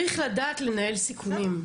צריך לדעת לנהל סיכונים.